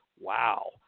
wow